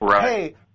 hey